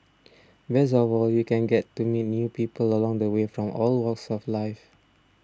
best of all you can get to meet new people along the way from all walks of life